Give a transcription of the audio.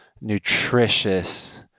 nutritious